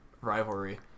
rivalry